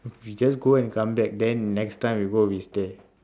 we just go and come back then next time we go we stay